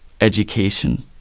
education